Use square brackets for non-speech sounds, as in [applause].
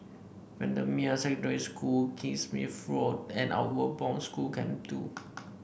Bendemeer Secondary School Kingsmead [unintelligible] Road and Outward Bound School Camp Two